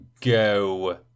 go